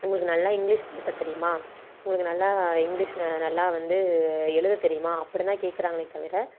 உங்களுக்கு நல்லா இங்கிலீஷ் பேச தெரியுமா உங்களுக்கு நல்லா இங்கிலீஷ் நல்லா வந்து எழுத தெரியுமா அப்படிதான் கேட்குறாங்களே தவிர